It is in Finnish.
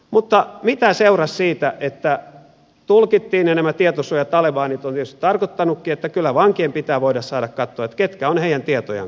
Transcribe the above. mutta mitä seurasi siitä että tulkittiin ja sitä nämä tietosuojatalebanit ovat tietysti tarkoittaneetkin että kyllä vankien pitää voida saada katsoa ketkä ovat heidän tietojaan katsoneet